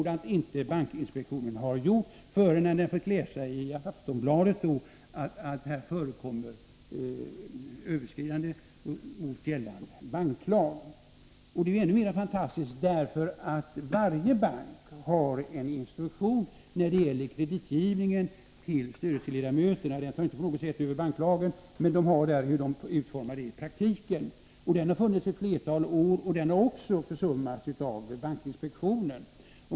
Det har bankinspektionen inte gjort förrän den fick läsa i Aftonbladet att det här förekom överskridande mot gällande banklag. Detta är ännu mer fantastiskt med tanke på att varje bank har en instruktion när det gäller kreditgivningen till styrelseledamöterna. Den tar givetvis inte över banklagen, men där sägs hur kreditgivningen kan utformas i praktiken. Instruktionen har funnits ett flertal år, men också den har försummats av bankinspektionen.